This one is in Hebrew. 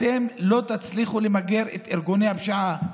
אתם לא תצליחו למגר את ארגוני הפשיעה.